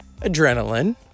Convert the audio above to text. Adrenaline